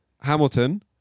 Hamilton